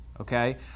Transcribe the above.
okay